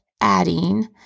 adding